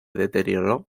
deterioró